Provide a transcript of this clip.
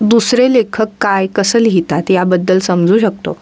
दुसरे लेखक काय कसं लिहितात याबद्दल समजू शकतो